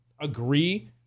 agree